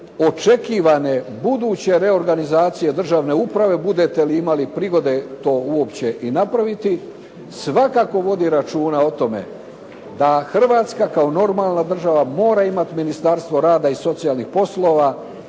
očekivane buduće reorganizacije državne uprave budete li imali prigode to uopće i napraviti, svakako vodi računa o tome da Hrvatska kao normalna država mora imati Ministarstvo rada i socijalnih poslova,